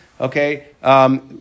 Okay